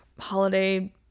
holiday